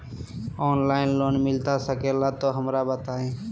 Online loan मिलता सके ला तो हमरो बताई?